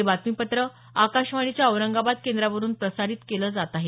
हे बातमीपत्र आकाशवाणीच्या औरंगाबाद केंद्रावरून प्रसारित केलं जात आहे